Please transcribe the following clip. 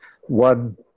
one